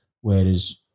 Whereas